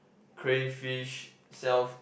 crayfish self